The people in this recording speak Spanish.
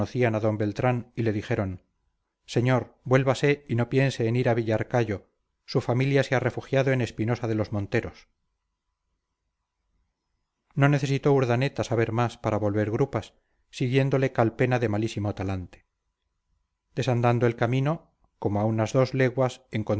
d beltrán y le dijeron señor vuélvase y no piense en ir a villarcayo su familia se ha refugiado en espinosa de los monteros no necesitó urdaneta saber más para volver grupas siguiéndole calpena de malísimo talante desandado el camino como a unas dos leguas